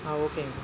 ஆ ஓகேங்க சார்